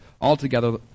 Altogether